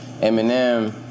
Eminem